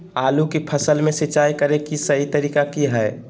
आलू की फसल में सिंचाई करें कि सही तरीका की हय?